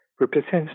represents